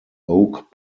oak